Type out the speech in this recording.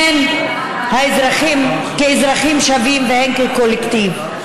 הן כאזרחים שווים והן כקולקטיב.